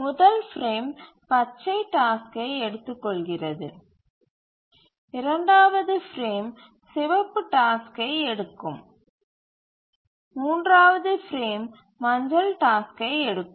முதல் பிரேம் பச்சை டாஸ்க்கை எடுத்துக்கொள்கிறது இரண்டாவது பிரேம் சிவப்பு டாஸ்க்கை எடுக்கும் மூன்றாவது பிரேம் மஞ்சள் டாஸ்க்கை எடுக்கும்